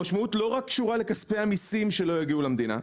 המשמעות קשורה לא רק לכספי המיסים שלא יגיעו למדינה.